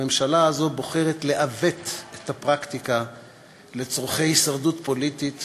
הממשלה הזאת בוחרת לעוות את הפרקטיקה לצורכי הישרדות פוליטית